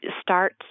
start